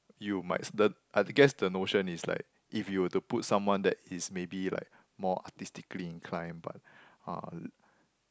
you might the I guess the notion is like if you were to put someone that is maybe like more artistically inclined but uh